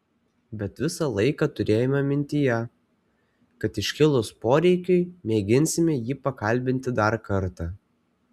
bet visą laiką turėjome mintyje kad iškilus poreikiui mėginsime jį pakalbinti dar kartą